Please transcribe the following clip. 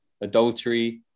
adultery